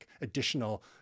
additional